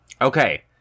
Okay